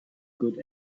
good